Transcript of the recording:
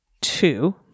two